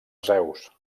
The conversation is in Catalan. zeus